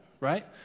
right